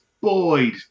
Boyd